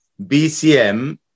BCM